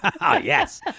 Yes